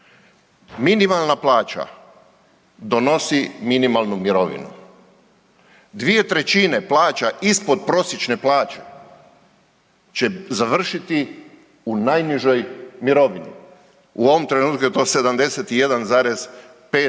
Minimalna plaća donosi minimalnu mirovinu. 2/3 plaća ispod prosječne plaće će završiti u najnižoj mirovini u ovom trenutku je to 71,5